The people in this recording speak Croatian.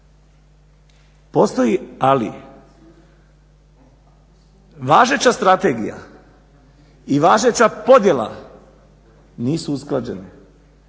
Postoji ali važeća strategija i važeća podjela nisu usklađene,